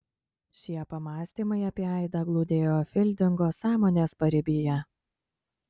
šie pamąstymai apie aidą glūdėjo fildingo sąmonės paribyje